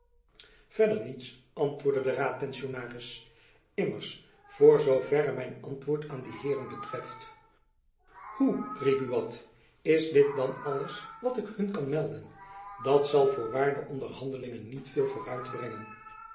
verder niets antwoordde de raadpensionaris immers voor zoo verre mijn antwoord aan die heeren betreft hoe riep buat is dit dan alles wat ik hun kan melden dat zal voorwaar de onderhandelingen niet veel vooruit brengen